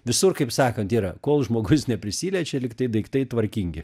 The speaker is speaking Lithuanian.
visur kaip sakant yra kol žmogus neprisiliečia lygtai daiktai tvarkingi